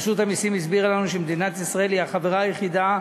רשות המסים הסבירה לנו שמדינת ישראל היא החברה היחידה